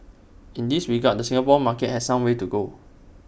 in this regard the Singapore market has some way to go